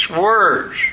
words